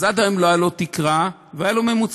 שעד היום לא הייתה לו תקרה והיה לו ממוצע,